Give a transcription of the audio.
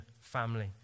family